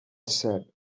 said